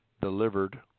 delivered